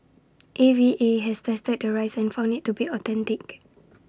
A V A has tested the rice and found IT to be authentic